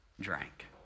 drank